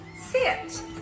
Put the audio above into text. Sit